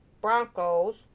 Broncos